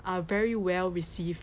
are very well received